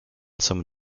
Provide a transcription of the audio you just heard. some